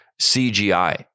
CGI